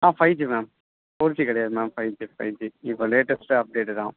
ஆ five G ma'am four G கிடையாது ma'am five G five G இப்போ லேட்டஸ்ட்டாக அப்டேட்டட் தான்